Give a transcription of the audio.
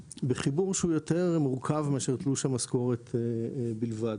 בחיבור שהוא יותר מורכב מאשר תלוש המשכורת בלבד.